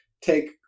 take